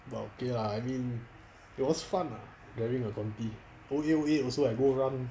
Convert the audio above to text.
but okay lah I mean it was fun driving a conti O eight O eight also I go run